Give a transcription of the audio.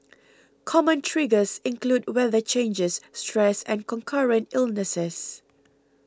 common triggers include weather changes stress and concurrent illnesses